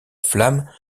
flamme